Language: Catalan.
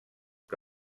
que